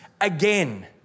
again